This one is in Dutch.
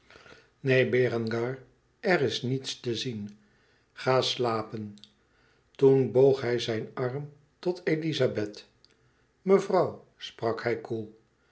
berengar er is niets te zien ga slapen toen boog hij zijn arm tot elizabeth mevrouw sprak hij koel